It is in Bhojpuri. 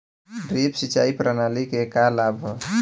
ड्रिप सिंचाई प्रणाली के का लाभ ह?